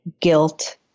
guilt